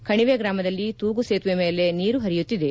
ಕಣಿವೆ ಗ್ರಾಮದಲ್ಲಿ ತೊಗುಸೇತುವೆ ಮೇಲೆ ನೀರು ಹರಿಯುತ್ತಿದೆ